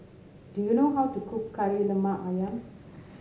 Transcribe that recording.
do you know how to cook Kari Lemak ayam